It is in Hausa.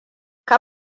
ka